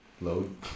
load